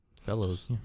fellows